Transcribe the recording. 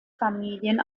familien